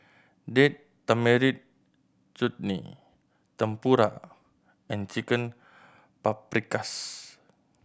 Date Tamarind Chutney Tempura and Chicken Paprikas